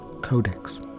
Codex